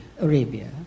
Arabia